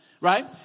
Right